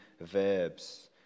verbs